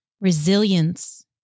Resilience